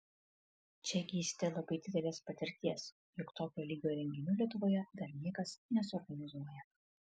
čia įgysite labai didelės patirties juk tokio lygio renginių lietuvoje dar niekas nesuorganizuoja